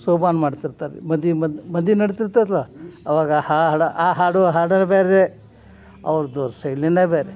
ಶೋಭಾನ ಮಾಡ್ತಿರ್ತಾರೆ ರೀ ಮದಿ ಮದ್ ಮದಿ ನಡ್ತಿರ್ತಲ್ಲ ಅವಾಗ ಹಾಡು ಆ ಹಾಡು ಹಾಡವ್ರೇ ಬೇರೆ ಅವ್ರದ್ದು ಶೈಲಿನೇ ಬೇರೆ